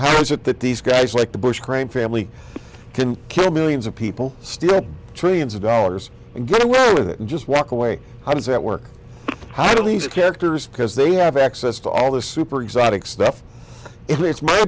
is it that these guys like the bush crime family can kill millions of people steal trillions of dollars and get away with it and just walk away how does that work how least characters because they have access to all this super exotic stuff it's my